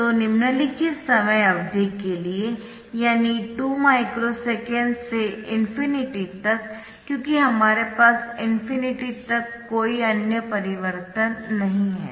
तो निम्नलिखित समय अवधि के लिए यानी 2 माइक्रो सेकेंड से ∞ तक क्योंकि हमारे पास ∞ तक कोई अन्य परिवर्तन नहीं है